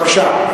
בבקשה.